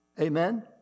Amen